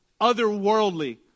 otherworldly